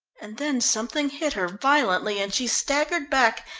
and then something hit her violently and she staggered back,